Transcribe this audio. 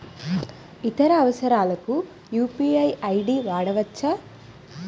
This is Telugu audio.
ఇతర అవసరాలకు యు.పి.ఐ ఐ.డి వాడవచ్చా?